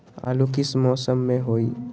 आलू किस मौसम में होई?